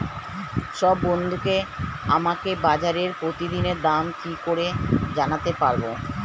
সব বন্ধুকে আমাকে বাজারের প্রতিদিনের দাম কি করে জানাতে পারবো?